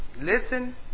listen